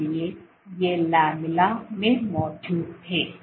इसलिए ये लामेला में मौजूद थे